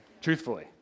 truthfully